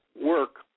work